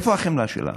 איפה החמלה שלנו?